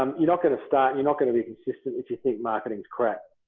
um you're not going to start, you're not going to be consistent if you think marketing is crap.